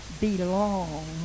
belong